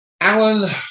Alan